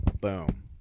Boom